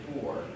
four